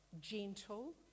gentle